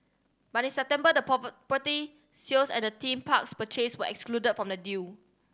but in September the property sales at the theme parks purchase were excluded from the deal